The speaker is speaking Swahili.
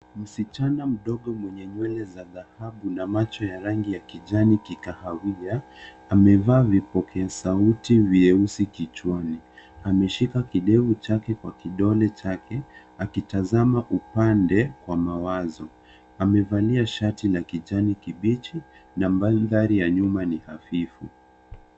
Msichana mdogo mwenye nywele za dhahabu na macho ya rangi ya kijani kikahawia, amevaa vipokea sauti vyeusi kichwani. Ameshika kidevu chake kwa kidole chake akitazama upande kwa mawazo. Amevalia shati la kijani kibichi na mandhari ya nyuma ni hafifu.